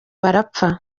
barapfa